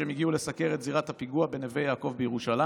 כשהם הגיעו לסקר את זירת הפיגוע בנווה יעקב בירושלים.